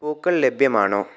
പൂക്കൾ ലഭ്യമാണോ